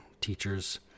teachers